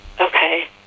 Okay